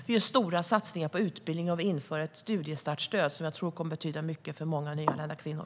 Vi gör stora satsningar på utbildning, och vi inför ett studiestartstöd, som jag tror kommer att betyda mycket för många nyanlända kvinnor.